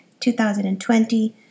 2020